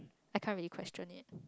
I can't really question it